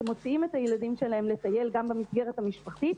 שמוציאים את הילדים שלהם לטייל גם במסגרת המשפחתית,